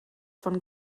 von